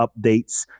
updates